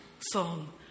song